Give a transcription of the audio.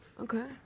okay